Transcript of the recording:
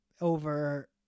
Over